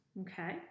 Okay